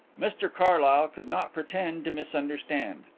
mr carlyle could not pretend to misunderstand.